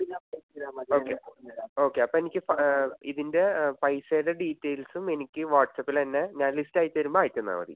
okay okay അപ്പയെനിക്ക് ഇതിൻ്റെ പൈസേടെ ഡീറ്റേയ്ൽസും എനിക്ക് വാട്സപ്പിലെന്നെ ഞാൻ ലിസ്റ്റായച്ചെരുമ്പോൾ അയ്ച്ചന്നാൽ മതി